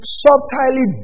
subtly